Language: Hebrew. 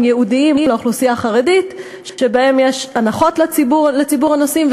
ייעודיים לאוכלוסייה החרדית ויש בהם הנחות לציבור הנוסעים,